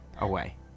away